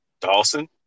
Dawson